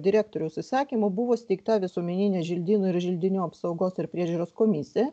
direktoriaus įsakymu buvo įsteigta visuomeninė želdynų ir želdinių apsaugos ir priežiūros komisija